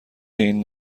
این